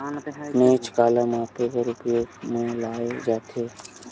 नोच काला मापे बर उपयोग म लाये जाथे?